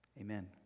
Amen